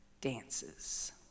dances